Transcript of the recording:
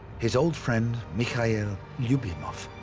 his old friend mikhail lyubimov.